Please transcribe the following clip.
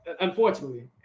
Unfortunately